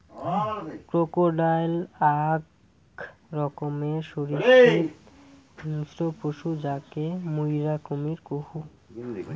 crocodile আক রকমের সরীসৃপ হিংস্র পশু যাকে মুইরা কুমীর কহু